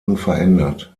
unverändert